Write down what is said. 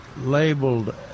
labeled